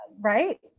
right